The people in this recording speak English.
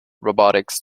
robotics